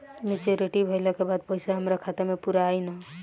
Maturity भईला के बाद पईसा हमरे खाता म पूरा आई न?